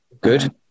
Good